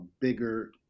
bigger